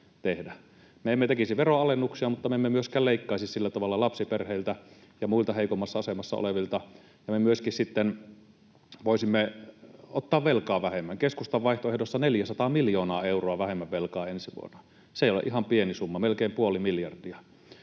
Me emme tekisi veronalennuksia, mutta me emme myöskään leikkaisi sillä tavalla lapsiperheiltä ja muilta heikommassa asemassa olevilta, ja me myöskin sitten voisimme ottaa velkaa vähemmän. Keskustan vaihtoehdossa 400 miljoonaa euroa vähemmän velkaa on ensi vuonna, se ei ole ihan pieni summa, melkein puoli miljardia.